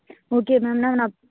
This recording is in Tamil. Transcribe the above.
ஓகே மேம் மேம் நான்